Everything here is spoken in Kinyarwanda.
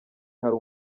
hari